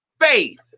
faith